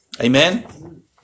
Amen